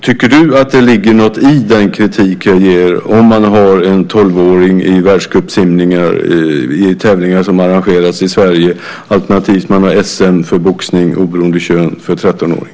Tycker du att det ligger något i den kritik jag ger om man har en tolvåring i världscupsimningar i tävlingar som arrangeras i Sverige alternativt SM i boxning oberoende av kön för 13-åringar?